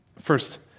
First